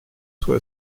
soit